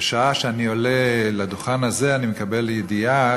בשעה שאני עולה לדוכן הזה אני מקבל ידיעה